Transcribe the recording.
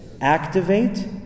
activate